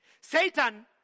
Satan